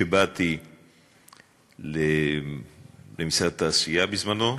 שבאתי למשרד התעשייה בזמנו,